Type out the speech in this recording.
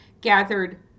gathered